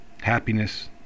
happiness